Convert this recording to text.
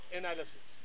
analysis